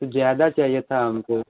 तो ज़्यादा चाहिए था हमको